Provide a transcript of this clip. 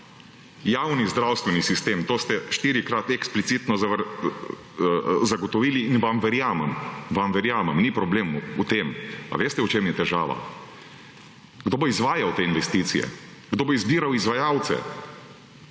javni zdravstveni sistem, to ste štirikrat eksplicitno zagotovili, in vam verjamem. Vam verjamem, ni problem v tem. A veste, v čem je težava? Kdo bo izvajal te investicije, kdo bo izbiral izvajalce.